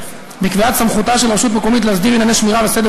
בקביעת סמכותה של רשות מקומית להסדיר ענייני שמירה וסדר